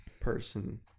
person